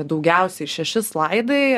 daugiausiai šeši slaidai